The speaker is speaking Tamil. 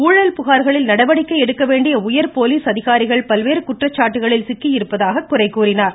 ஊழல் புகார்களில் நடவடிக்கை எடுக்க வேண்டிய உயர் போலீஸ் அதிகாரிகள் பல்வேறு குற்றச்சாட்டுக்களில் சிக்கியிருப்பதாக குறை கூறினார்